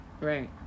Right